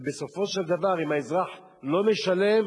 ובסופו של דבר אם האזרח לא משלם,